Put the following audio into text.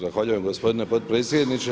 Zahvaljujem gospodine potpredsjedniče.